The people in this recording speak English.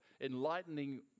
enlightening